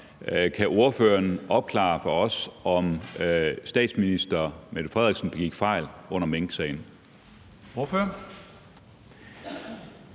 Kan ordføreren opklare for os, om statsminister Mette Frederiksen begik fejl under minksagen?